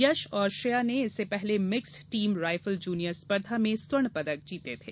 यश और श्रेया ने इससे पहले मिक्स्ड टीम राइफल जूनियर स्पर्धा में स्वर्ण पदक जीते थे